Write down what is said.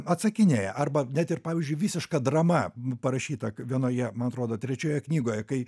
atsakinėja arba net ir pavyzdžiui visiška drama parašyta vienoje man atrodo trečiojoje knygoje kai